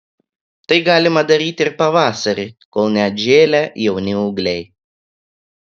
tai galima daryti ir pavasarį kol neatžėlę jauni ūgliai